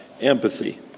empathy